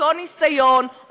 אותו ניסיון,